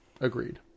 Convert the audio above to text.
Agreed